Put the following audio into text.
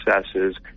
successes